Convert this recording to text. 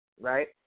right